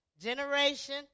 Generation